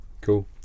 Cool